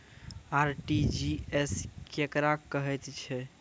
RTGS केकरा कहैत अछि?